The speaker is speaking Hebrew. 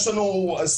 יש לנו סטטיסטיקאים,